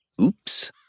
Oops